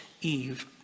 Eve